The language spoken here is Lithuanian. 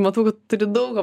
matau kad turi daug ko